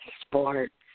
sports